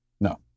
No